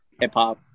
Hip-hop